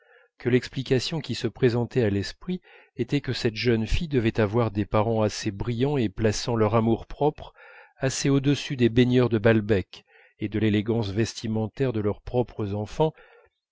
que l'explication qui se présentait à l'esprit était que cette jeune fille devait avoir des parents assez brillants et plaçant leur amour-propre assez au-dessus des baigneurs de balbec et de l'élégance vestimentaire de leurs propres enfants